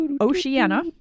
Oceania